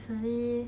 sorry